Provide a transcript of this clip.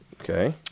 okay